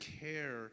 care